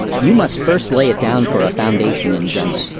you must first lay it down for a foundation in general,